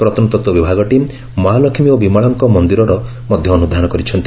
ପ୍ରତ୍ନତତ୍ତ୍ ବିଭାଗ ଟିମ୍ ମହାଲକ୍ଷୀ ଓ ବିମଳାଙ୍କ ମନ୍ଦିରର ମଧ ଅନୁଧାନ କରିଛନ୍ତି